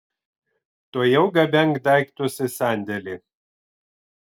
tuojau gabenk daiktus į sandėlį